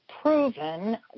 proven